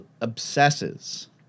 obsesses